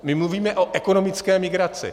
My mluvíme o ekonomické migraci.